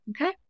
Okay